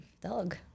dog